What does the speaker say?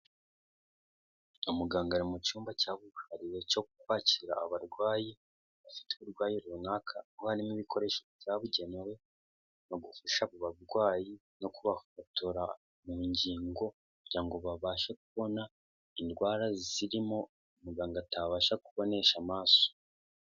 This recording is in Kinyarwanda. Umuganga ari mu cyumba cyabuhariwe cyo kwakira abarwayi bafite uburwayi runaka, kuko harimo ibikoresho byabugenewe bagufasha Ku abarwayi no kubafotora mu ngingo kugira ngo babashe kubona indwara zirimo muganga atabasha kubonesha amaso.